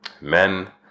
Men